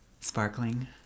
Sparkling